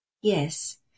Yes